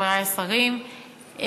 חברי השרים,